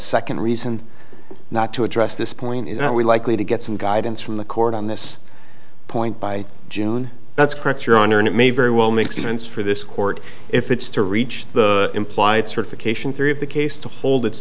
second reason not to address this point is that we're likely to get some guidance from the court on this point by june that's correct your honor and it may very well make sense for this court if it's to reach the implied certification three of the case to hold it